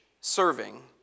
serving